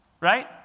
Right